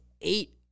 Eight